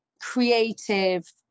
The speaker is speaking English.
creative